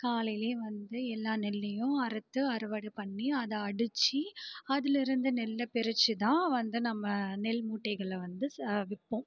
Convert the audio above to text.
காலையிலேயே வந்து எல்லா நெல்லையும் அறுத்து அறுவடை பண்ணி அதை அடித்து அதுலேருந்து நெல்லை பிரித்துதான் வந்து நம்ம நெல் மூட்டைகளை வந்து விற்போம்